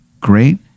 great